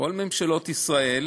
כל ממשלות ישראל